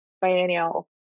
Biennial